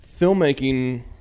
filmmaking